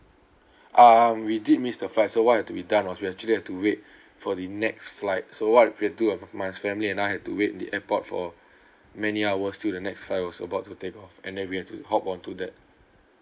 um we did missed the flight so what have to be done was we actually have to wait for the next flight so what we've to do was my family and I had to wait in the airport for many hours till the next flight was about to take off and then we have to hop on to that